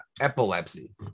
epilepsy